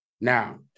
Now